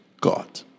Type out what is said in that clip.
God